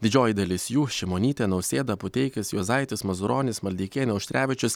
didžioji dalis jų šimonytė nausėda puteikis juozaitis mazuronis maldeikienė auštrevičius